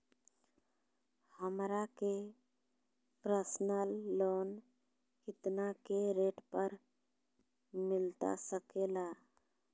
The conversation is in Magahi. हमरा के पर्सनल लोन कितना के रेट पर मिलता सके ला?